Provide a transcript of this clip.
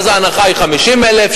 ואז ההנחה היא 50,000,